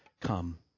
come